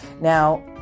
now